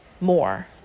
more